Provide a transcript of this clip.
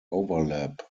overlap